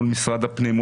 מול משרד הפנים,